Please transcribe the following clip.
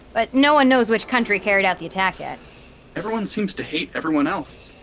but no one knows which country carried out the attack yet everyone seems to hate everyone else.